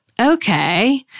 okay